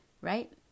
right